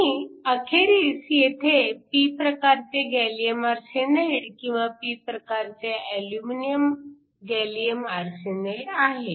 आणि अखेरीस येथे p प्रकारचे गॅलीअम आर्सेनाईड किंवा p प्रकारचे अलुमिनियम गॅलीअम आर्सेनाईड आहे